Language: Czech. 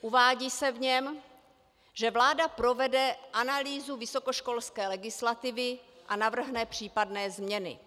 Uvádí se v něm, že vláda provede analýzu vysokoškolské legislativy a navrhne případné změny.